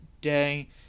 day